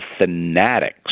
fanatics